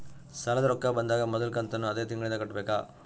ಸಾಲದ ರೊಕ್ಕ ಬಂದಾಗ ಮೊದಲ ಕಂತನ್ನು ಅದೇ ತಿಂಗಳಿಂದ ಕಟ್ಟಬೇಕಾ?